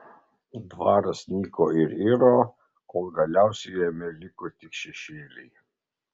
dvaras nyko ir iro kol galiausiai jame liko tik šešėliai